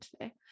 today